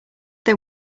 they